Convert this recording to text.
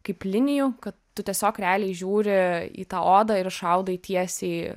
kaip linijų kad tu tiesiog realiai žiūri į tą odą ir šaudai tiesiai